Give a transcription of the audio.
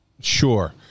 Sure